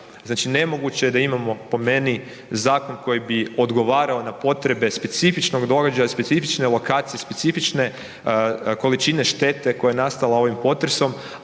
Znači nemoguće je da imamo, po meni zakon koji bi odgovarao na potrebe specifičnog događaja, specifične lokacije, specifične količine štete koja je nastala ovim potresom,